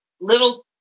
little